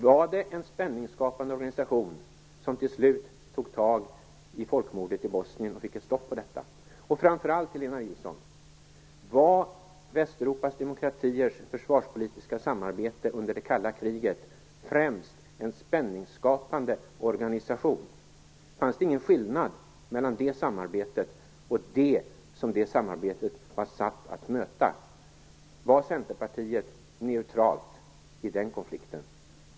Var det en spänningsskapande organisation som till slut tog tag i folkmordet i Bosnien och fick slut på det? Och framför allt, Helena Nilsson: Var Västeuropas demokratiers försvarspolitiska samarbete under det kalla kriget främst en spänningsskapande organisation? Fanns det ingen skillnad mellan det samarbetet och det som samarbetet var satt att möta? Var Centerpartiet neutralt i den konflikten?